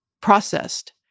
processed